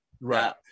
right